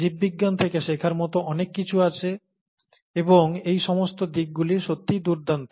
জীববিজ্ঞান থেকে শেখার মতো অনেক কিছু আছে এবং এই সমস্ত দিকগুলি সত্যিই দুর্দান্ত